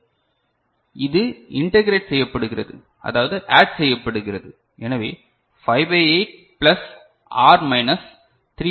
எனவே இது இன்டெகிரெட் செய்யப்படுகிறது அதாவது ஆட் செய்யப்படுகிறது எனவே 5 by 8 plus or minus 3 by 8